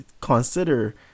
consider